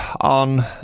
on